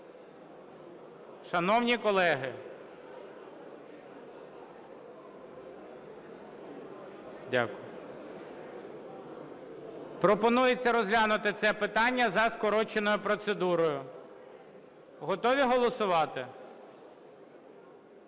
Шановні колеги! Дякую. Пропонується розглянути це питання за скороченою процедурою. Готові голосувати?